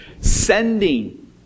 Sending